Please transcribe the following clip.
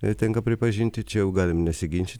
jai tenka pripažinti čia galime nesiginčyt